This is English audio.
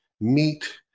meat